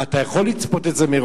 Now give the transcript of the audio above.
אתה יכול לצפות את זה,